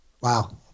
Wow